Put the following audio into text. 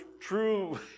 true